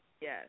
Yes